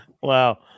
wow